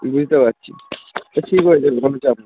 বুঝতে পারছি ঠিক হয়ে যাবে কোনো চাপ নেই